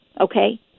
Okay